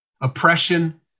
oppression